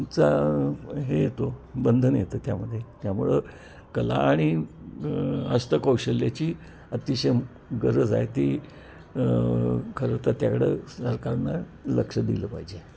चा हे येतो बंधन येतं त्यामध्ये त्यामुळं कला आणि हस्तकौशल्याची अतिशय गरज आहे ती खरं तर त्याकडं सरकारनं लक्ष दिलं पाहिजे